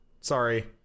Sorry